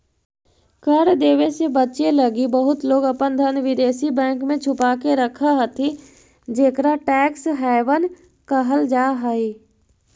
कर देवे से बचे लगी बहुत लोग अपन धन विदेशी बैंक में छुपा के रखऽ हथि जेकरा टैक्स हैवन कहल जा हई